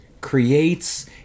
creates